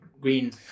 green